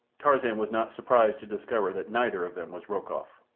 tarzan was not surprised to discover that neither of them was rokoff.